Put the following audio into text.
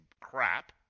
crap